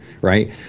Right